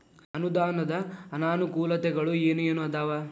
ಅನುದಾನದ್ ಅನಾನುಕೂಲತೆಗಳು ಏನ ಏನ್ ಅದಾವ?